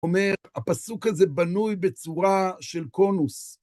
אומר, הפסוק הזה בנוי בצורה של קונוס.